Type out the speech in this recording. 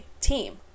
team